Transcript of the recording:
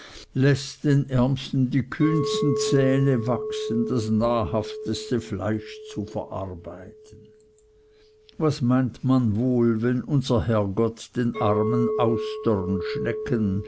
läßt den ärmsten die kühnsten zähne wachsen das nahrhafteste fleisch zu verarbeiten was meint man wohl wenn unser herrgott den armen austern schnecken